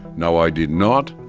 no i did not.